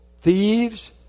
Thieves